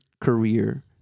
career